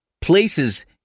places